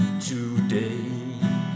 today